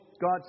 God